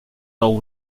all